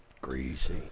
Greasy